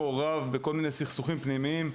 שלא מעורב בסכסוכים פנימיים,